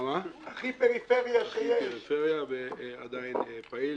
הכי פריפריה ועדיין פעיל